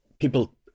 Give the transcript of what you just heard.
people